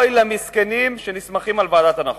אוי למסכנים שנסמכים על ועדת ההנחות.